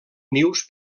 nius